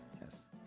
Yes